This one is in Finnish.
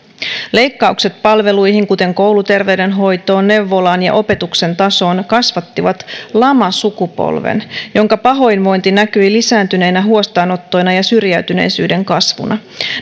leikkaukset palveluihin kuten kouluterveydenhoitoon neuvolaan ja opetuksen tasoon kasvattivat lamasukupolven jonka pahoinvointi näkyi lisääntyneinä huostaanottoina ja syrjäytyneisyyden kasvuna